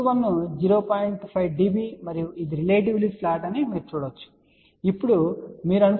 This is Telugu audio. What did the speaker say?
5 dB మరియు ఇది రిలేటివ్లీ ఫ్లాట్ అని మీరు చూడవచ్చు ఇప్పుడు మీరు అనుకోవచ్చు S21 పెద్దది ఇది 0